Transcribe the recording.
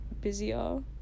busier